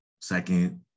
second